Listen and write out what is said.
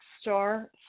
star